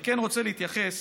אני כן רוצה להתייחס